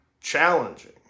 challenging